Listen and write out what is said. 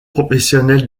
professionnel